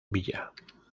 villa